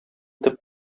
итеп